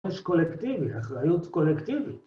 עונש קולקטיבי, אחריות קולקטיבית.